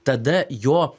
tada jo